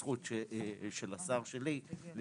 יש לנו במדינת ישראל שני חוקים שעוסקים בזכויות של אנשים עם